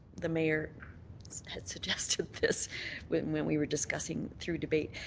the mayor had suggested this when when we were discussing through debate,